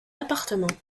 appartement